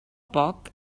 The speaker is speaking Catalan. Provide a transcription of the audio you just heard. poc